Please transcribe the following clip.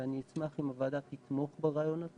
ואני אשמח אם הוועדה תתמוך ברעיון הזה